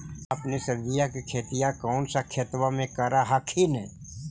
अपने सब्जिया के खेतिया कौन सा खेतबा मे कर हखिन?